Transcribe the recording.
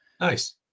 nice